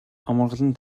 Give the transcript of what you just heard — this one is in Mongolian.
амгалан